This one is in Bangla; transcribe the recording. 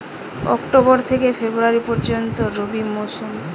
অক্টোবর থেকে ফেব্রুয়ারি পর্যন্ত রবি মৌসুম